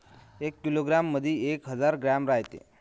एका किलोग्रॅम मंधी एक हजार ग्रॅम रायते